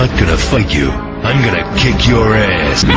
ah gonna fuck you and gonna kick your ass